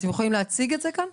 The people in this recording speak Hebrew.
אתם יכולים להציג את זה כאן,